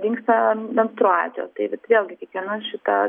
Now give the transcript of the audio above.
dingsta menstruacijos tai vat vėlgi kiekviena šita